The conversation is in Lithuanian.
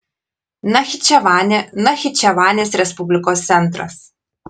nachičevanė nachičevanės respublikos centras